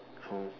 oh